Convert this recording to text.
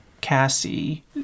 Cassie